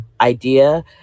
idea